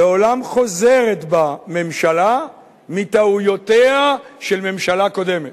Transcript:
לעולם חוזרת בה ממשלה מטעויותיה של ממשלה קודמת.